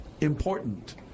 important